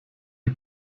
die